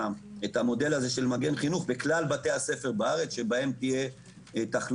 המודל הזה של "מגן חינוך" בכלל בתי הספר בארץ שבהם תהיה תחלואה.